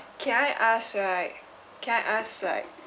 can I ask like can I ask like